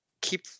keep